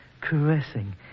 caressing